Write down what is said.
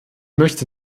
möchte